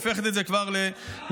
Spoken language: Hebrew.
הופכת את זה כבר לגרוטסקי.